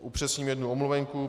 Upřesním jednu omluvenku.